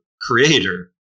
creator